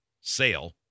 sale